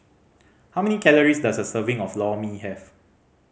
how many calories does a serving of Lor Mee have